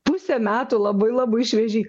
pusė metų labai labai šviežiai